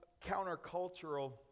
countercultural